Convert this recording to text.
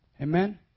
Amen